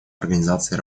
организации